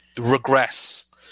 regress